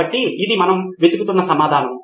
కాబట్టి ఇది మనము వెతుకుతున్న సమాధానం